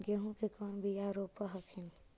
गेहूं के कौन बियाह रोप हखिन?